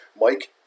Mike